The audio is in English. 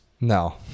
No